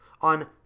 on